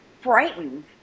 frightened